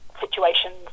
situations